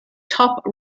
top